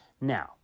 Now